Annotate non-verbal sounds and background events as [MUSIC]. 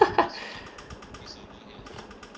[LAUGHS]